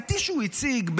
השערורייתי שהוא הציג,